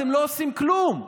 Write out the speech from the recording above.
אתם לא עושים כלום.